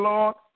Lord